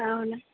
তাহলে